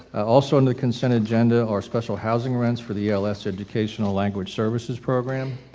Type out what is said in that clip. also in the consent agenda are special housing rents for the els educational language services program.